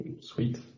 Sweet